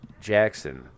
Jackson